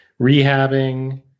Rehabbing